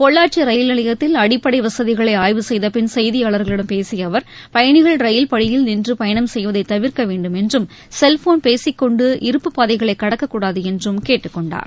Pollachi rail நிலையத்தில் அடிப்படை வசதிகளை ஆய்வு செய்தபின் செய்தியாளர்களிடம் பேசிய அவர் பயணிகள் ரயில் படியில் நின்று பயணம் செய்வதை தவிர்க்க வேண்டும் என்றும் செல்போன் பேசிக் கொண்டு இருப்புப் பாதைகளை கடக்கக் கூடாது என்றும் கேட்டுக் கொண்டார்